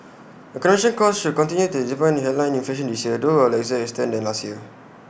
accommodation costs should continue to dampen headline inflation this year though to A lesser extent than last year